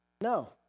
No